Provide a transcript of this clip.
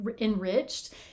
enriched